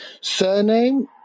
surname